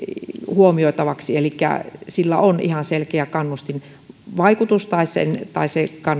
huomioitavaksi elikkä sillä on ihan selkeä kannustinvaikutus tai se